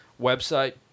website